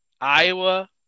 Iowa